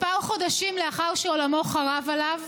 כמה חודשים לאחר שעולמו חרב עליו,